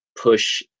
push